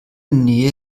nähe